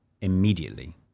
immediately